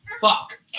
Fuck